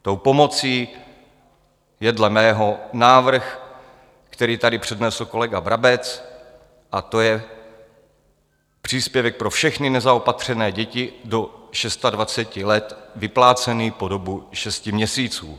Tou pomocí je dle mého návrh, který tady přednesl kolega Brabec, a to je příspěvek pro všechny nezaopatřené děti do 26 let, vyplácený po dobu šesti měsíců.